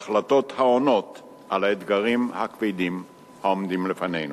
בהחלטות העונות על האתגרים הכבדים העומדים לפנינו.